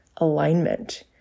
Alignment